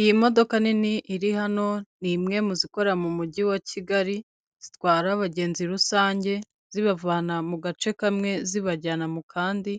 Iyi modoka nini iri hano ni imwe mu zikora mu mujyi wa Kigali, zitwara abagenzi rusange zibavana mu gace kamwe zibajyana mu kandi,